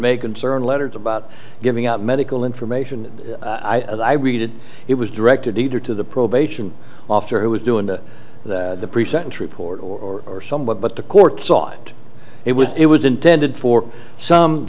may concern letters about giving out medical information i read it was directed either to the probation officer who was doing the pre sentence report or are somewhat but the court saw it it was it was intended for some